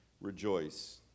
rejoice